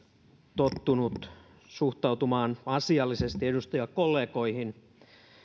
tottunut suhtautumaan asiallisesti edustajakollegoihin